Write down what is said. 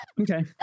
Okay